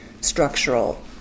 structural